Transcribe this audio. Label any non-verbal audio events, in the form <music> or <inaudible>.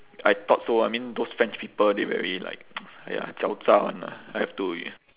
I thought so I mean those french people they very like <noise> !aiya! 狡诈 [one] lah I have to